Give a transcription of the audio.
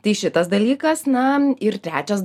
tai šitas dalykas na ir trečias